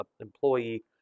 employee